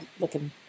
looking